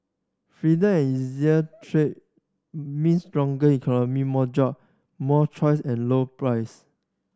and easier trade means stronger economy more job more choice and lower price